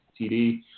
TD